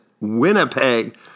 Winnipeg